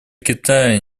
китая